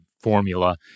formula